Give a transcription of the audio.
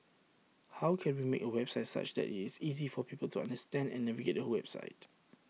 how can we make A website such that IT is easy for people to understand and navigate the website